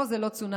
לא, זה לא צונאמי.